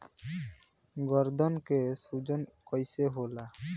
गर्दन के सूजन कईसे होला?